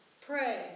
Pray